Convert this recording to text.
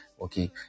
Okay